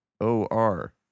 O-R